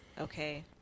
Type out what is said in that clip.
okay